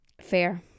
Fair